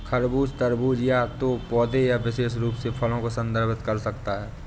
खरबूज, तरबूज या तो पौधे या विशेष रूप से फल को संदर्भित कर सकता है